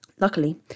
luckily